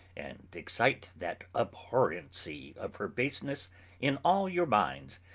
and excite that abhorrency of her baseness in all your minds,